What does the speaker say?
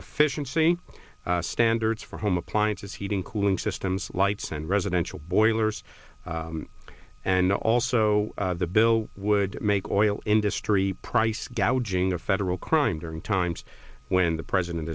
efficiency standards for home appliances heating cooling systems lights and residential boilers and also the bill would make oil industry price gouging a federal crime during times when the president